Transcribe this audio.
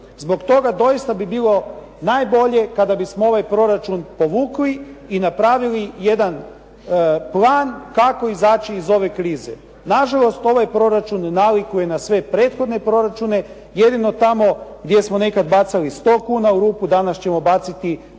Zbog toga doista bi bilo najbolje kada bismo ovaj proračun povukli i napravili jedan plan kako izaći iz ove krize. Nažalost, ovaj proračun nalikuje na sve prethodne proračune. Jedino tamo gdje smo nekad bacali 100 kuna u rupu danas ćemo baciti 97